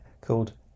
called